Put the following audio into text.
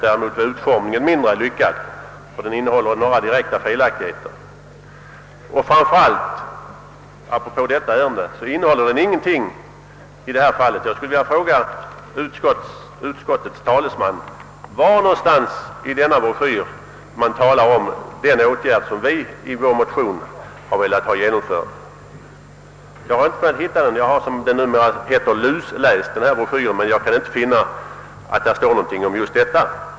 Däremot är utformningen mindre lyckad — den innehåller några direkta felaktigheter. Framför allt — apropå detta ärende — innehåller den ingenting av det som jag här berört. Jag skulle vilja fråga utskottets talesman var det i denna broschyr talas om den åtgärd som vi i vår motion har velat få genomförd. Jag har, som det numera heter, lusläst broschyren, men jag kan inte finna att det står någonting om just detta.